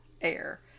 air